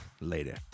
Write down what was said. later